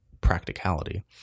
practicality